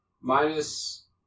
Minus